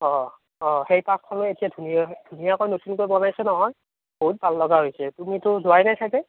অ অ সেই পাৰ্কখনো এতিয়া ধুনীয়াকে ধুনীয়াকৈ নতুনকৈ বনাইছে নহয় বহুত ভাল লগা হৈছে তুমিতো যোৱাই নাই চাগৈ